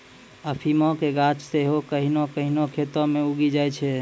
अफीमो के गाछ सेहो कहियो कहियो खेतो मे उगी जाय छै